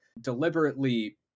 deliberately